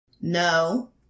No